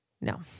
No